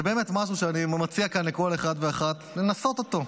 זה באמת משהו שאני מציע כאן לכל אחד ואחת לנסות אותו.